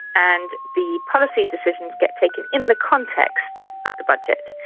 and the policy decisions get taken in the context of the budget.